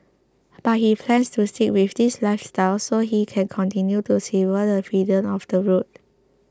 but he plans to stick with this lifestyle so he can continue to savour the freedom of the road